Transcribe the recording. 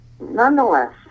Nonetheless